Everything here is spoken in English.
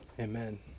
amen